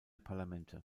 parlamente